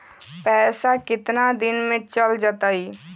पैसा कितना दिन में चल जतई?